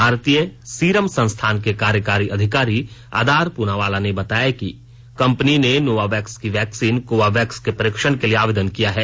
भारतीय सीरम संस्थान के कार्यकारी अधिकारी अदार प्रनावाला ने बताया है कि कंपनी ने नोवावैक्स की वैक्सीन कोवावैक्स के परीक्षण के लिए आवेदन किया है